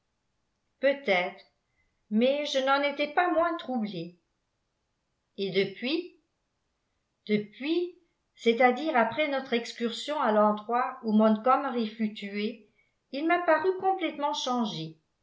peut-être mais je n'en étais pas moins troublée et depuis depuis cest à dire après notre excursion à l'endroit où montgomery fut tué il m'a paru complètement changé